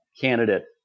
candidate